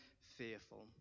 fearful